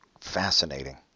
fascinating